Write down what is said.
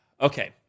Okay